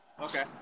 Okay